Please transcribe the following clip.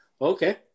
okay